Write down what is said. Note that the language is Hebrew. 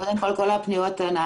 אז קודם כל כל הפניות נענות.